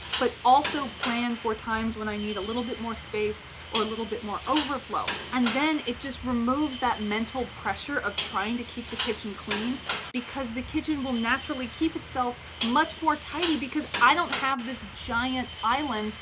but also plan for times when i need a little bit more space or a little bit more overflow and then, it just removes that mental pressure of trying to keep the kitchen clean because the kitchen will naturally keep itself much more tidy because i don't have this giant island,